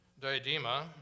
diadema